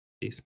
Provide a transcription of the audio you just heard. Peace